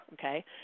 okay